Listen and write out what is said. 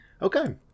Okay